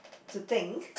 to think